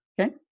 Okay